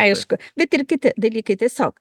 aišku bet ir kiti dalykai tiesiog